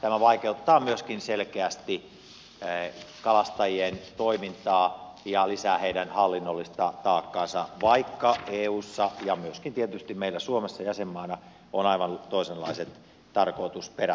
tämä vaikeuttaa selkeästi myöskin kalastajien toimintaa ja lisää heidän hallinnollista taakkaansa vaikka eussa ja tietysti myöskin meillä suomessa jäsenmaana on aivan toisenlaiset tarkoitusperät